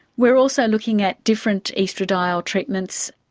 we're also looking at different oestradiol treatments.